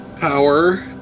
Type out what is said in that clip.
power